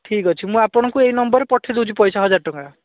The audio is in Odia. ଠିକ୍ ଅଛି ମୁଁ ଆପଣଙ୍କୁ ଏଇ ନମ୍ବରରେ ପଠାଇ ଦେଉଛି ପଇସା ହଜାର ଟଙ୍କା